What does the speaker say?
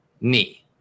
knee